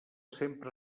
sempre